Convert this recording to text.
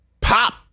Pop